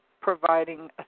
providing